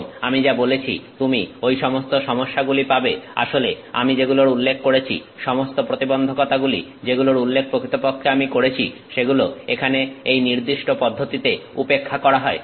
এবং আমি যা বলেছি তুমি ঐ সমস্ত সমস্যাগুলি পাবে আসলে আমি যেগুলোর উল্লেখ করেছি সমস্ত প্রতিবন্ধকতাগুলি যেগুলোর উল্লেখ প্রকৃতপক্ষে আমি করেছি সেগুলো এখানে এই নির্দিষ্ট পদ্ধতিতে উপেক্ষা করা হয়